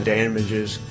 damages